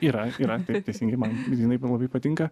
yra yra taip teisingi man jinai man labai patinka